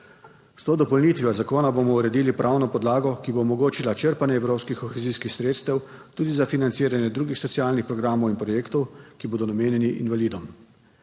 S to dopolnitvijo zakona bomo uredili pravno podlago, ki bo omogočila črpanje evropskih kohezijskih sredstev, tudi za financiranje drugih socialnih programov in projektov, ki bodo namenjeni invalidom.